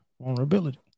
vulnerability